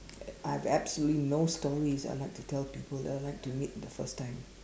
ya I have absolutely no stories I would like to tell people that I will like to meet the first time